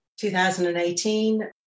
2018